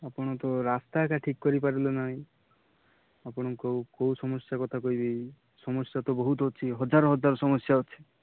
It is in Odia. ଆପଣ ତ ରାସ୍ତା ଆକା ଠିକ୍ କରି ପାରିଲେ ନାଇଁ ଆପଣଙ୍କୁ କେଉଁ ସମସ୍ୟା କଥା କହିବି ସମସ୍ୟା ତ ବହୁତ ଅଛି ହଜାର ହଜାର ସମସ୍ୟା ଅଛି